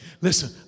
listen